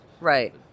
Right